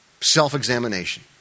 Self-examination